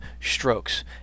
strokes